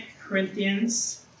Corinthians